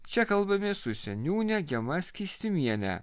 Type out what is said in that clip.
čia kalbamės su seniūne gema skystimienė